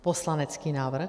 Poslanecký návrh.